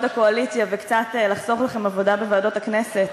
הקואליציה וקצת לחסוך לכם עבודה בוועדות הכנסת,